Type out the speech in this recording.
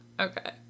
Okay